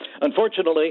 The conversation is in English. Unfortunately